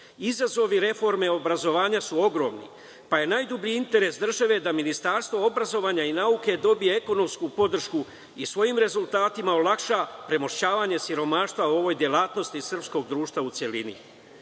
reforme obrazovanja su ogromni, pa je najdublji interes države da Ministarstvo obrazovanja i nauke dobije ekonomsku podršku i svojim rezultatima olakša premošćavanje siromaštva u ovoj delatnosti i srpskog društva u celini. Dubina